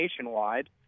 nationwide